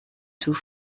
doux